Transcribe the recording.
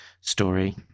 story